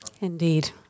Indeed